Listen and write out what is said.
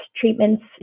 treatments